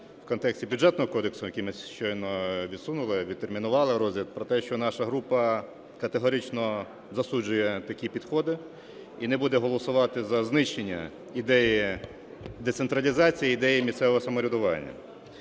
в контексті Бюджетного кодексу, який ми щойно відсунули, відтермінували розгляд, про те, що наша група категорично засуджує такі підходи і не буде голосувати за знищення ідеї децентралізації і ідеї місцевого самоврядування.